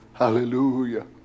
Hallelujah